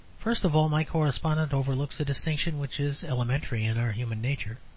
first of all, my correspondent overlooks a distinction which is elementary in our human nature.